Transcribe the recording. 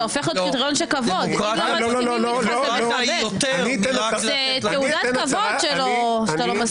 זה הופך להיות --- של כבוד --- זה תעודת כבוד שלו שאתה לא מסכים.